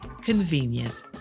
convenient